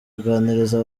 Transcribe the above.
aganiriza